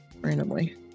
randomly